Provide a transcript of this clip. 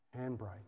handbrake